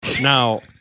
Now